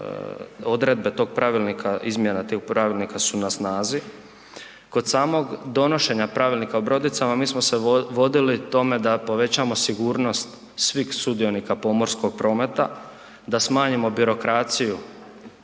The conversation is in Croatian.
odredbe tog Pravilnika, izmjene tih pravilnika su na snazi. Kod samog donošenja Pravilnika o brodicama mi smo se vodili tome da povećamo sigurnost svih sudionika pomorskog prometa, da smanjimo birokraciju